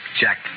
Jack